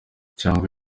cyangwa